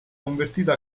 convertito